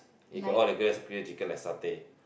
they got all the grilled chicken like satay